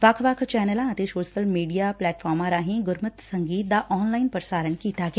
ਵੱਖ ਵੱਖ ਚੈਨਲਾਂ ਅਤੇ ਸੋਸ਼ਲ ਮੀਡੀਆ ਪਲੈਟਫਾਮਾਂ ਰਾਹੀਂ ਗੁਰਮਤਿ ਸੰਗੀਤ ਦਾ ਆਨਲਾਈਨ ਪ੍ਸਾਰਣ ਕੀਤਾ ਗਿਆ